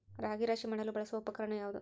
ರಾಗಿ ರಾಶಿ ಮಾಡಲು ಬಳಸುವ ಉಪಕರಣ ಯಾವುದು?